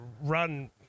run